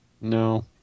No